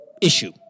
issue